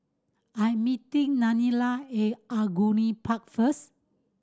I'm meeting Danelle A Angullia Park first